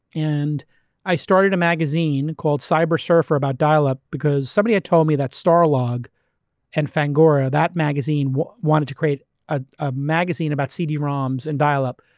and i started a magazine called cybersurfer about dial up because somebody had told me that star log and fangoria, that magazine, wanted to create a a magazine about cd roms and dial up.